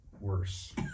worse